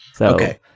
Okay